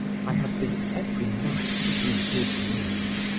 i have been every night, through his means,